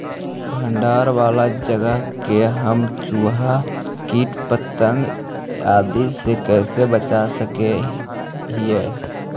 भंडार वाला जगह के हम चुहा, किट पतंग, आदि से कैसे बचा सक हिय?